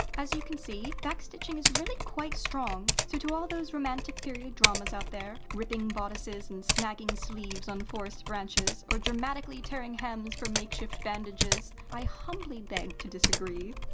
as you can see, back stitching is really quite strong. so to all those romantic period dramas out there, ripping bodices and snagging sleeves on forest branches, or dramatically tearing hems for makeshift bandages. i humbly beg to disagree.